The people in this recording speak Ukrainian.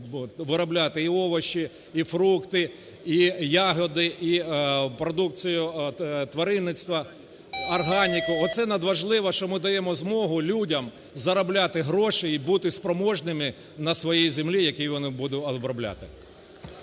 виробляти і овочі, і фрукти, і ягоди, і продукцію тваринництва, органіку. Оце надважливо, що ми даємо змогу людям заробляти гроші і бути спроможними на своїй землі, яку вони будуть обробляти.